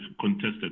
contested